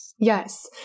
Yes